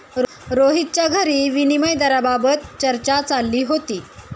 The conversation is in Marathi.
रोहितच्या घरी विनिमय दराबाबत चर्चा चालली होती